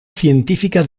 científica